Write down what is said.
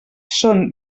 són